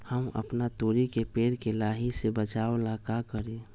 हम अपना तोरी के पेड़ के लाही से बचाव ला का करी?